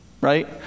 right